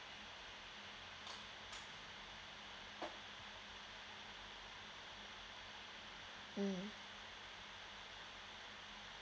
mm